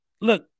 look